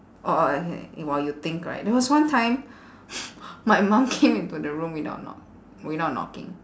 orh okay while you think right there was one time my mum came into the room without knock without knocking